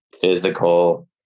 physical